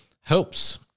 helps